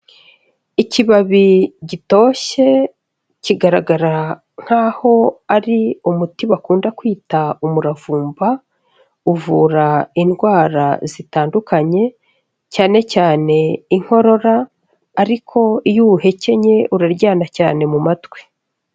Ikibabi gitoshye kigaragara nk'aho ari umuti bakunda kwita umuravumba, uvura indwara zitandukanye cyane cyane Inkorora ariko iyo uwuhekenye uraryana cyane mu matwi.